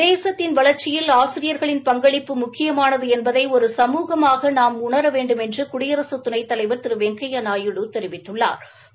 தேசத்தின் வளர்ச்சியில் ஆசிரியர்களின் பங்களிப்பு முக்கியமானது என்பதை ஒரு சமூகமாக நாம் உணர வேண்டுமென்று குடியரசுத் துணைத்தலைவா திரு வெங்கையா நாயுடு தெரிவித்துள்ளாா்